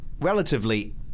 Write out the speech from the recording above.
relatively